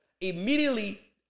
Immediately